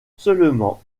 seulement